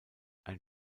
ein